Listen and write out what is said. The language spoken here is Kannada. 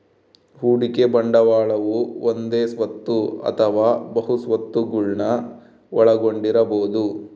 ಹೂಡಿಕೆ ಬಂಡವಾಳವು ಒಂದೇ ಸ್ವತ್ತು ಅಥವಾ ಬಹು ಸ್ವತ್ತುಗುಳ್ನ ಒಳಗೊಂಡಿರಬೊದು